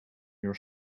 your